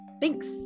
thanks